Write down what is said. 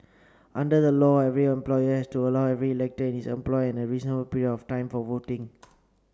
under the law every employer has to allow every elector in his employ a reasonable period of time for voting